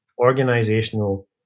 organizational